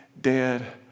dead